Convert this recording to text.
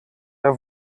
der